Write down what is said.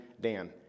Dan